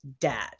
dad